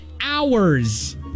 hours